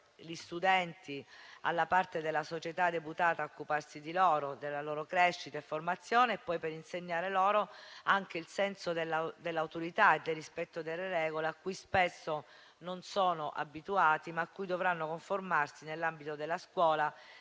gli studenti alla parte della società deputata a occuparsi di loro, della loro crescita e formazione, e poi per insegnare loro anche il senso dell'autorità e del rispetto delle regole a cui spesso non sono abituati, ma a cui dovranno conformarsi nell'ambito della scuola